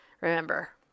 Remember